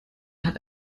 hat